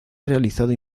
realizado